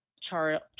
Charles